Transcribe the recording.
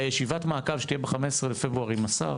לישיבת מעקב שתהיה ב-15 לפברואר עם השר